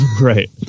right